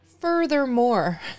Furthermore